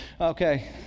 Okay